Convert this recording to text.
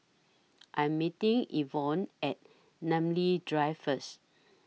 I'm meeting Evonne At Namly Drive First